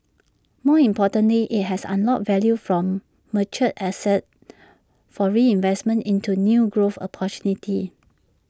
more importantly IT has unlocked value from mature assets for reinvestment into new growth opportunities